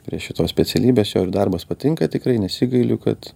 prie šitos specialybės jo ir darbas patinka tikrai nesigailiu kad